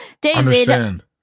David